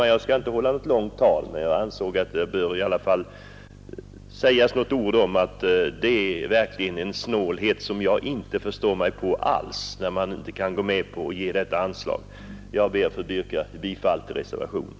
Det här skall inte bli något långt tal, men jag ville med några ord understryka att avstyrkandet av en höjning av ifrågavarande anslag innebär en snålhet som jag inte alls kan förstå. Jag ber att få yrka bifall till reservationen D.